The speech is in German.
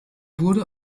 wurde